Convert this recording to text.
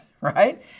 right